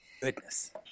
goodness